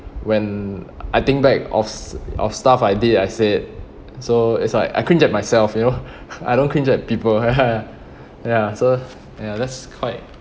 when I think back of of stuff I did I said so it's like I cringe at myself you know I don't cringe at people ya so ya that's quite